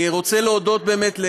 אני רוצה להודות באמת.